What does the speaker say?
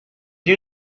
you